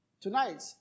tonight